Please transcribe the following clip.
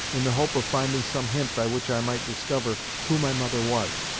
in the hope of finding some hint by which i might discover who my mother was,